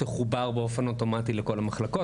תחובר באופן אוטומטי לכל המחלקות,